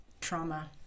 trauma